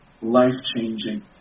life-changing